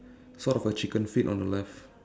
sort of a chicken feet on the left